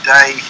Day